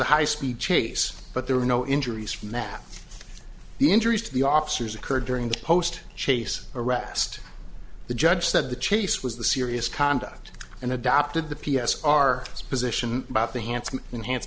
a high speed chase but there were no injuries from that the injuries to the officers occurred during the post chase arrest the judge said the chase was the serious conduct and adopted the p s r s position about the handsome enhanced